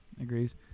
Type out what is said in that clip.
agrees